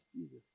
Jesus